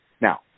Now